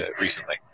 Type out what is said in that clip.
recently